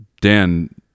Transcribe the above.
Dan